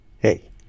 Hey